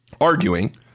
arguing